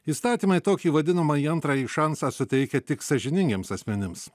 įstatymai tokį vadinamąjį antrąjį šansą suteikė tik sąžiningiems asmenims